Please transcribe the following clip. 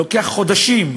שלוקח חודשים,